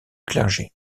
clergé